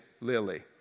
Lily